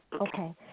okay